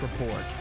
Report